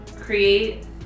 create